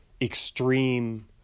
extreme